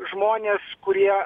žmonės kurie